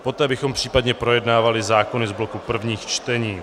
Poté bychom případně projednávali zákony z bloku prvních čtení.